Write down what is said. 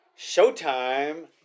Showtime